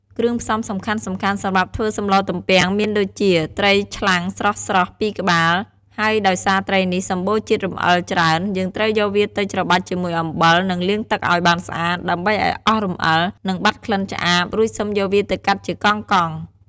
គ្រឿងផ្សំសំខាន់ៗសម្រាប់ធ្វើសម្លទំពាំងមានដូចជា ត្រីឆ្លាំងស្រស់ៗ ២ក្បាល ហើយដោយសារត្រីនេះសម្បូរជាតិរំអិលច្រើន យើងត្រូវយកវាទៅច្របាច់ជាមួយអំបិល និងលាងទឹកឱ្យបានស្អាត ដើម្បីឱ្យអស់រំអិល និងបាត់ក្លិនឆ្អាប រួចសិមយកវាទៅកាត់ជាកង់ៗ